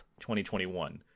2021